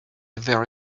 very